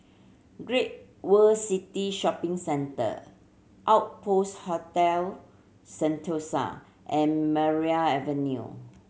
Great World City Shopping Centre Outpost Hotel Sentosa and Maria Avenue